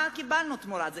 מה קיבלנו תמורת זה?